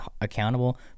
accountable